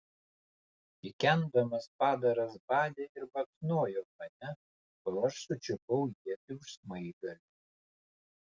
kikendamas padaras badė ir baksnojo mane kol aš sučiupau ietį už smaigalio